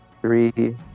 Three